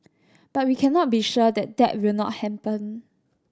but we can not be sure that that will not happen